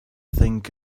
think